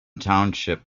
township